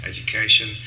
Education